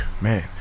Man